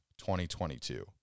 2022